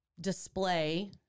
display